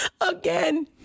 Again